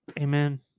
amen